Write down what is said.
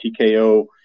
TKO